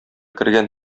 кергән